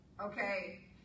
Okay